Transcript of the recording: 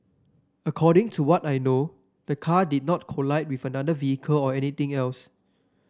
according to what I know the car did not collide with another vehicle or anything else